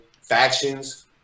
factions